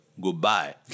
goodbye